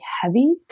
heavy